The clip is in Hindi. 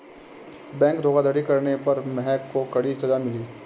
बैंक धोखाधड़ी करने पर महक को कड़ी सजा मिली